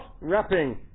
wrapping